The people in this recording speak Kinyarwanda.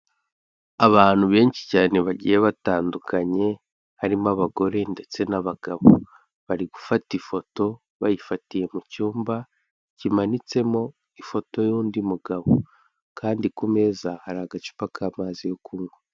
Abantu benshi cyane bagiye batandukanye, harimo abagore ndetse n'abagabo, bari gufata ifoto bayifatiye mu cyumba, kimanitsemo ifoto y'undi mugabo. Kandi kumeza hari agacupa k'amazi yo kunywa.